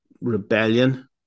rebellion